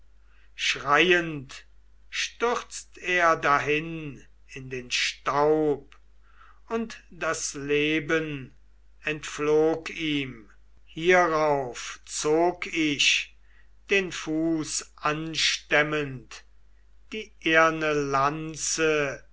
schreiend stürzt er dahin in den staub und das leben entflog ihm hierauf zog ich den fuß anstemmend die eherne lanze